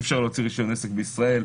אי-אפשר להוציא רישיון עסק בישראל,